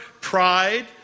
pride